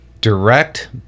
direct